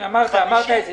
חמישים יום.